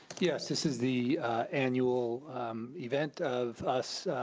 yes, this is the annual event of us